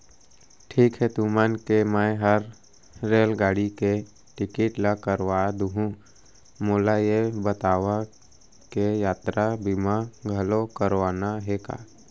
ठीक हे तुमन के मैं हर रेलगाड़ी के टिकिट ल करवा दुहूँ, मोला ये बतावा के यातरा बीमा घलौ करवाना हे का?